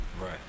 right